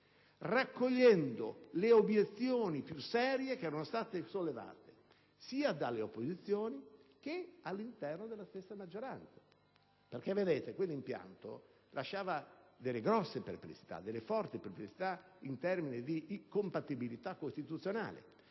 raccogliendo le obiezioni più serie che erano state sollevate sia dalle opposizioni che all'interno della stessa maggioranza. Perché, vedete, quell'impianto lasciava delle forti perplessità in termini di compatibilità costituzionale.